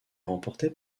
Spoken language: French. remportée